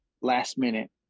Last-minute